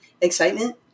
excitement